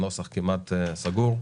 הנוסח כמעט סגור.